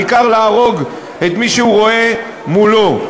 העיקר להרוג את מי שהוא רואה מולו.